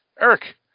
Eric